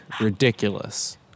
ridiculous